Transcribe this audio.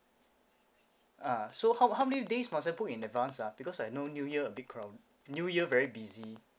ah so how how many days must I book in advance ah because I know new year a bit crow~ new year very busy